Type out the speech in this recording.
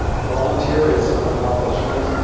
volunteerism accomplishments.